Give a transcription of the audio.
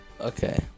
Okay